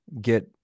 get